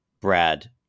Brad